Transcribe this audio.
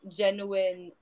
genuine